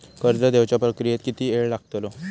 कर्ज देवच्या प्रक्रियेत किती येळ लागतलो?